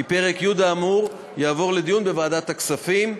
פרק י' האמור יעבור לדיון בוועדת הכספים.